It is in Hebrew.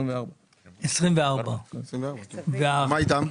מה איתם?